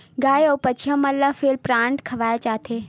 गाय अउ बछिया मन ल फीप्लांट खवाए जाथे